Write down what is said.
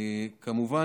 כמובן,